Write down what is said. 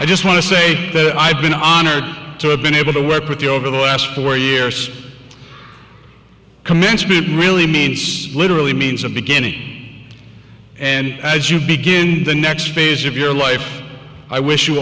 i just want to say that i've been honored to have been able to work with the over the last four years commencement really means literally means a beginning and as you begin the next phase of your life i wish you